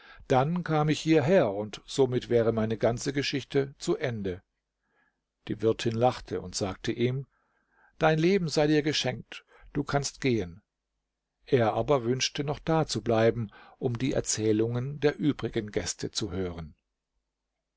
dann kam ich hierher und somit wäre meine ganze geschichte zu ende die wirtin lachte und sagte ihm dein leben sei dir geschenkt du kannst gehen er aber wünschte noch da zu bleiben um die erzählungen der übrigen gäste zu hören